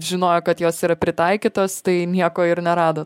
žinojo kad jos yra pritaikytos tai nieko ir neradot